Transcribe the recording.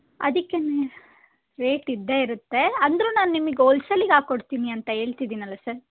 ಅದಕ್ಕೇ ರೇಟ್ ಇದ್ದೇ ಇರುತ್ತೆ ಅಂದರೂ ನಾನು ನಿಮಗೆ ಹೋಲ್ಸೇಲಿಗೆ ಹಾಕ್ಕೊಡ್ತೀನಿ ಅಂತ ಹೇಳ್ತಿದ್ದೀನಲ್ಲ ಸರ್